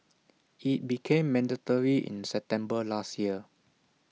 IT became mandatory in September last year